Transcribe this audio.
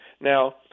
Now